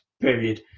period